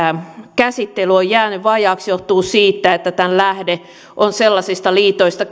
käsittely on jäänyt vajaaksi johtuu siitä että tämän lähde on peräisin sellaisista liitoista